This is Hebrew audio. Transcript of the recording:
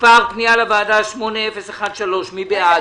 פנייה לוועדה מספר 8013, מי בעד?